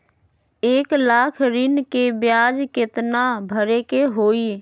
एक लाख ऋन के ब्याज केतना भरे के होई?